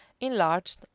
enlarged